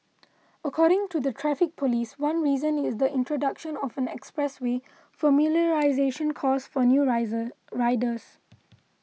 according to the Traffic Police one reason is the introduction of an expressway familiarisation course for new riser riders